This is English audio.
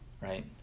right